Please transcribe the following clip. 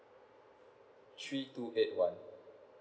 three two eight one